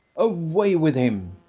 away with him!